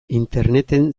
interneten